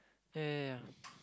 ya ya ya